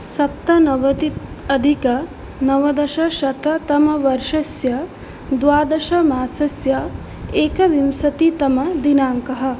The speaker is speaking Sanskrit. सप्तनवत्यधिक नवदशशततमवर्षस्य द्वादशमासस्य एकविंशतितमदिनाङ्कः